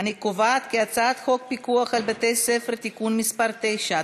אני קובעת כי הצעת חוק פיקוח על בתי-ספר (תיקון מס' 9),